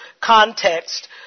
context